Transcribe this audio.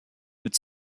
mit